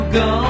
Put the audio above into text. go